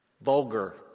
Vulgar